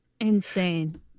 Insane